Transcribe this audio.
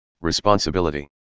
responsibility